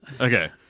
Okay